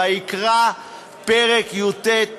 ויקרא פרק י"ט.